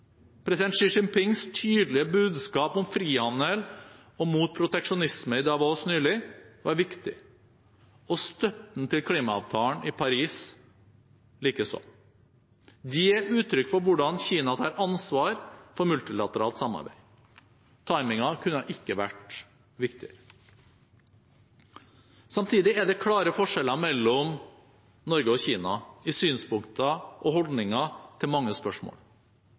President Xi Jinpings tydelige budskap om frihandel og mot proteksjonisme i Davos nylig var viktig, og støtten til klimaavtalen i Paris likeså. De er uttrykk for hvordan Kina tar ansvar for multilateralt samarbeid. Timingen kunne ikke vært viktigere. Samtidig er det klare forskjeller mellom Norge og Kina i synspunkter og holdninger til mange spørsmål.